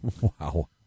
Wow